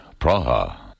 Praha